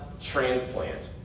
transplant